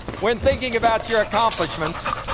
when thinking about your accomplishments,